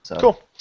Cool